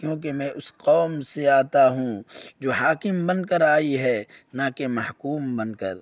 کیونکہ میں اس قوم سے آتا ہوں جو حاکم بن کر آئی ہے نہ کہ محکوم بن کر